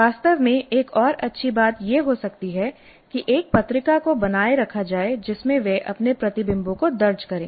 वास्तव में एक और अच्छी बात यह हो सकती है कि एक पत्रिका को बनाए रखा जाए जिसमें वे अपने प्रतिबिंबों को दर्ज करें